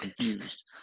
confused